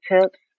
tips